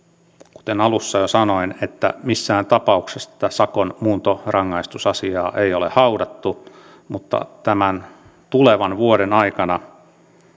kuten alussa jo sanoin että missään tapauksessa sakon muuntorangaistusasiaa ei ole haudattu mutta tulevan vuoden aikana